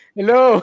Hello